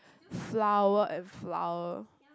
flower and flour